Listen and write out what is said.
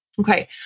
Okay